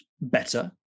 better